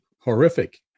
horrific